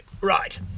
right